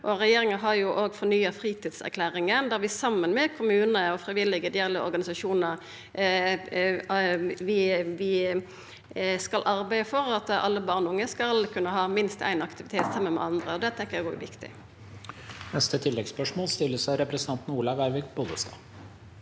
regjeringa har òg fornya fritidserklæringa, der vi saman med kommunane og frivillige ideelle organisasjonar skal arbeida for at alle barn og unge skal kunna ha minst éin aktivitet saman med andre. Det tenkjer